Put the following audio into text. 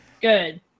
Good